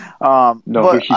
no